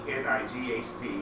night